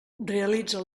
realitza